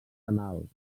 anal